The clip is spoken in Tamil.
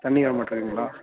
தண்ணி வர மாட்டுதுங்களா